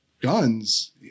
guns